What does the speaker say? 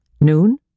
noon